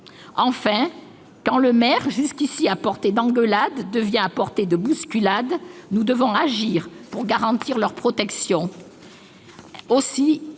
Enfin, quand les maires, jusqu'à présent à portée d'engueulade, deviennent à portée de bousculade, nous devons agir pour garantir leur protection.